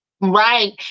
Right